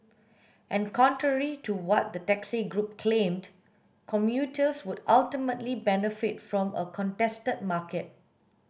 and contrary to what the taxi group claimed commuters would ultimately benefit from a contested market